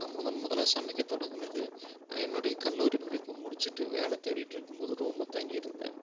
நான் முதன் முதலாக சமைக்க தொடங்கினது நான் என்னோடய கல்லூரி படிப்பை முடிச்சிவிட்டு வேலை தேடிட்டுருக்கும் போது ரூம்ல தங்கிருந்தேன்